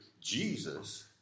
Jesus